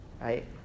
right